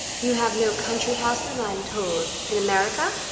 you have no country houses, i am told, in america?